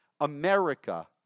America